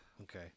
Okay